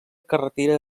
carretera